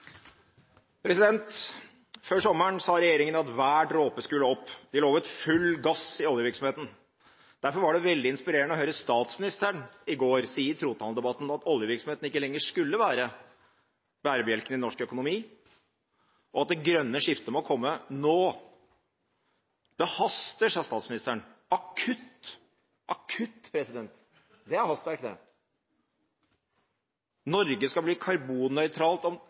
Venstre. Før sommeren sa regjeringen at hver dråpe skulle opp. De lovet full gass i oljevirksomheten. Derfor var det veldig inspirerende å høre statsministeren i går si i trontaledebatten at oljevirksomheten ikke lenger skulle være bærebjelken i norsk økonomi, og at det grønne skiftet må komme nå. Det haster, sa statsministeren – akutt. «Akutt» – det er hastverk, det. Norge skal bli karbonnøytralt